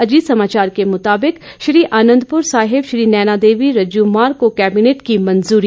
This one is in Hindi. अजीत समाचार के मुताबिक श्री आनंदपुर साहिब श्री नैना देवी रज्जू मार्ग को कैबिनेट की मंजूरी